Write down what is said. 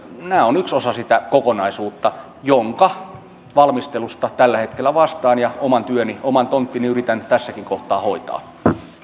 nämä ovat yksi osa sitä kokonaisuutta jonka valmistelusta tällä hetkellä vastaan ja oman työni oman tonttini yritän tässäkin kohtaa hoitaa